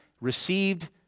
received